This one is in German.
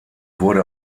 wurde